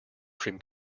cream